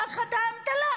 תחת האמתלה,